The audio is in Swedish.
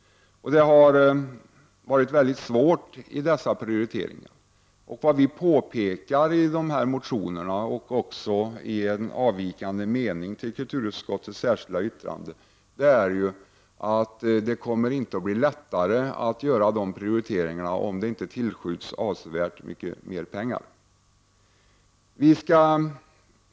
Det har varit väldigt svårt att göra prioriteringar. Vad vi påpekar i väckta motioner och också i en avvikande mening i samband med kulturutskottets yttrande är att det inte kommer att bli lättare att göra avsedda prioriteringar om inte avsevärt mycket pengar tillskjuts.